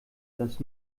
das